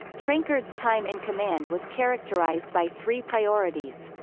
trenchard's time in command was characterised by three priorities.